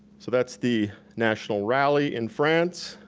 so that's the national rally in france.